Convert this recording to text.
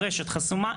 הרשת חסומה.